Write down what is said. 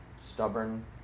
stubborn